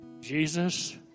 Jesus